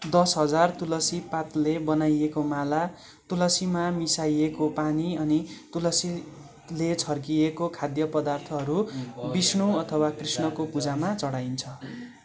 दस हजार तुलसी पातले बनाइएको माला तुलसीमा मिसाइएको पानी अनि तुलसीले छर्किएको खाद्य पदार्थहरू विष्णु अथवा कृष्णको पूजामा चढाइन्छ